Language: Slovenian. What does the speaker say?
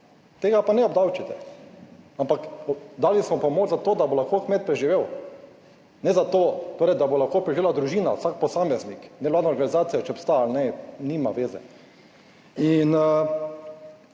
Tega pa ne obdavčite, ampak dali smo pomoč za to, da bo lahko kmet preživel, ne zato, torej da bo lahko preživela družina, vsak posameznik. Nevladna organizacija, če obstaja ali ne, nima veze. In